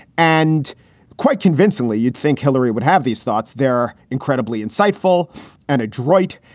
and quite convincingly, you'd think hillary would have these thoughts. they're incredibly insightful and adroit.